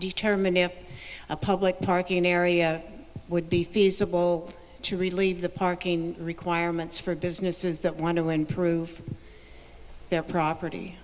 determine if a public parking area would be feasible to relieve the parking requirements for businesses that want to win proof their property